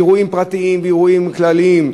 באירועים פרטיים ואירועים כלליים,